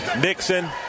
Nixon